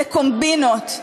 לקומבינות.